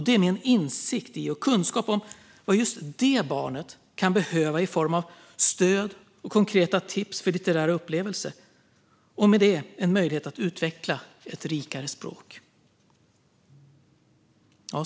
Det är med en insikt i och kunskap om vad just det barnet kan behöva i form av stöd och konkreta tips för litterära upplevelser och med det en möjlighet att utveckla ett rikare språk.